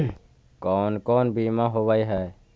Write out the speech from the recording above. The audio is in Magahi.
कोन कोन बिमा होवय है?